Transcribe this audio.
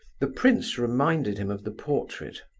the prince reminded him of the portrait.